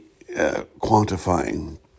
quantifying